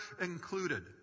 included